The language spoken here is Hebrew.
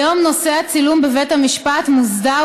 כיום נושא הצילום בבית המשפט מוסדר